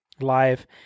live